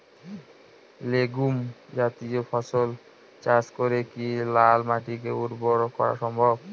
Legume জাতীয় ফসল চাষ করে কি লাল মাটিকে উর্বর করা সম্ভব?